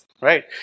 right